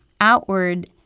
outward